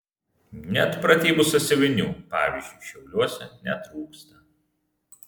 net pratybų sąsiuvinių pavyzdžiui šiauliuose netrūksta